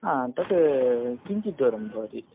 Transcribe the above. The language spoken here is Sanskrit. हा तत् किञ्चित् दूरं भवति